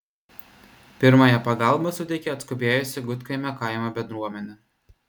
pirmąją pagalbą suteikė atskubėjusi gudkaimio kaimo bendruomenė